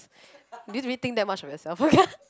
didn't really think that much of yourself